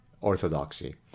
orthodoxy